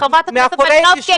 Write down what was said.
חברת הכנסת מלינובסקי,